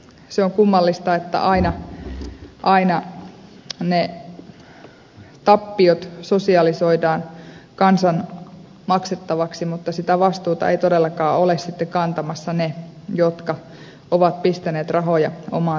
se on kummallista että aina ne tappiot sosialisoidaan kansan maksettavaksi mutta sitä vastuuta eivät sitten todellakaan ole kantamassa ne jotka ovat pistäneet rahoja omaan taskuun